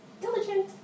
Diligent